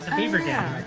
beaver dam!